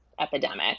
epidemic